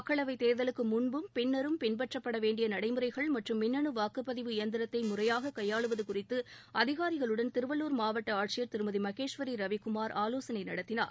மக்களவைத் தோ்தலுக்கு முன்பும் பின்னரும் பின்பற்றப்பட வேண்டிய நடைமுறைகள் மற்றும் மின்னு வாக்குப்பதிவு இயந்திரத்தை முறையாக கையாளுவது குறித்து அதிகாரிகளுடன் திருவள்ளூர் மாவட்ட ஆட்சியர் திருமதி மகேஸ்வரி ரவிக்குமார் ஆவோசனை நடத்தினார்